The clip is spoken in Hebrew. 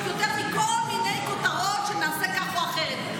יותר מכל מיני כותרות שנעשה כך או אחרת.